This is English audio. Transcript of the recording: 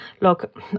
look